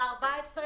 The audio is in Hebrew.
כמו שהבאת אותו.